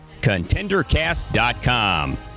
contendercast.com